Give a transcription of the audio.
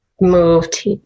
moved